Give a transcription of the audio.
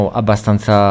abbastanza